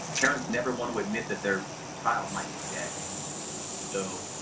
parents never want to admit that their child might be dead so